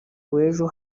w’ejo